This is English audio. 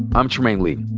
i'm trymaine lee.